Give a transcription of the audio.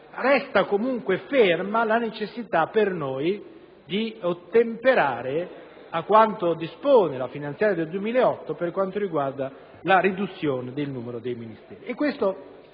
Resta comunque ferma la necessità di ottemperare a quanto dispone la finanziaria per il 2008 per quanto riguarda la riduzione del numero dei Ministeri.